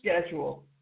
schedule